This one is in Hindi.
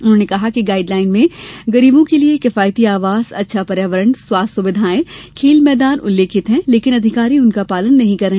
उन्होंने कहा कि गाइडलाइन में गरीबों के लिये किफायती आवास अच्छा पर्यावरण स्वास्थ्य सुविधायें खेल मैदान उल्लेखित हैं लेकिन अधिकारी उनका पालन नहीं कर रहे